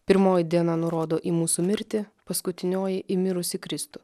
pirmoji diena nurodo į mūsų mirtį paskutinioji į mirusį kristų